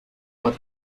war